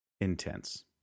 intense